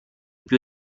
più